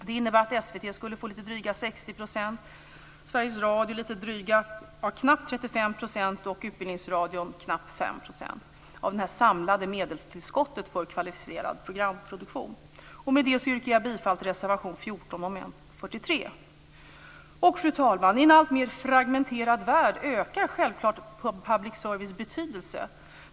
Det innebär att SVT skulle få lite drygt 60 %, Med det yrkar jag bifall till reservation 14 under mom. 43. Fru talman! I en alltmer fragmenterad värld ökar självklart betydelsen av public service.